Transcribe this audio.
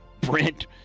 Brent